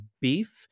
beef